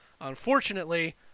Unfortunately